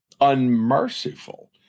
unmerciful